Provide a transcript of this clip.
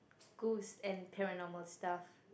ghost and paranormal stuff